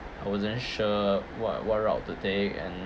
I wasn't sure what what route to take and